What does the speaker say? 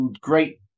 great